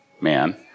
man